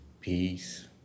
peace